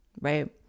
right